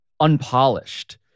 unpolished